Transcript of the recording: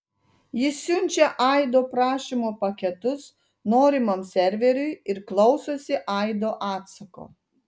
jis siunčia aido prašymo paketus norimam serveriui ir klausosi aido atsako